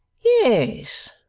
yes? ah!